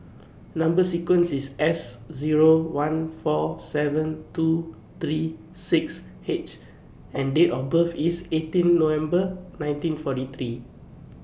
Number sequence IS S Zero one four seven two three six H and Date of birth IS eighteen November nineteen forty three